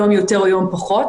יום יותר או יום פחות.